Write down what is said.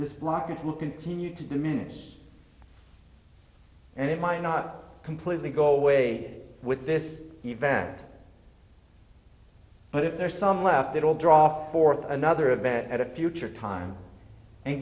this blockage will continue to diminish and it might not completely go away with this event but if there are some left that will draw forth another event at a future time and